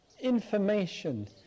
information